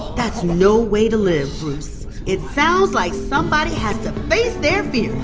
that's no way to live, bruce. it sounds like somebody had to face their fears.